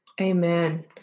Amen